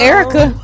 Erica